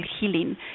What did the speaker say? healing